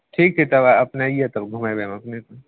ठीक छै तब अपने अइयै तब घुमैबै हम अपने कऽ